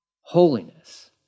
Holiness